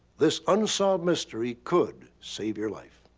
this unsolved mystery could save your life.